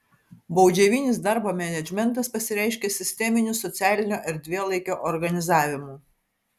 baudžiavinis darbo menedžmentas pasireiškė sisteminiu socialinio erdvėlaikio organizavimu